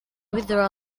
withdraw